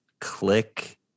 click